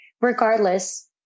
regardless